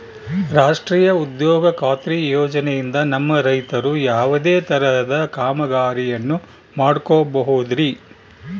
ರಾಷ್ಟ್ರೇಯ ಉದ್ಯೋಗ ಖಾತ್ರಿ ಯೋಜನೆಯಿಂದ ನಮ್ಮ ರೈತರು ಯಾವುದೇ ತರಹದ ಕಾಮಗಾರಿಯನ್ನು ಮಾಡ್ಕೋಬಹುದ್ರಿ?